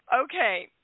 Okay